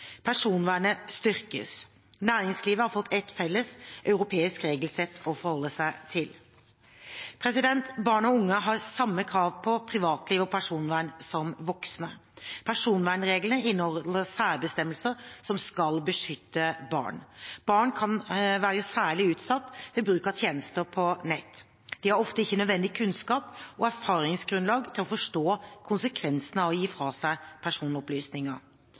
Personvernet styrkes, næringslivet har fått ett felles europeisk regelsett å forholde seg til. Barn og unge har samme krav på privatliv og personvern som voksne. Personvernreglene inneholder særbestemmelser som skal beskytte barn. Barn kan være særlig utsatt ved bruk av tjenester på nett. De har ofte ikke nødvendig kunnskap og erfaringsgrunnlag til å forstå konsekvensene av å gi fra seg personopplysninger.